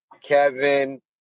Kevin